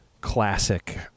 classic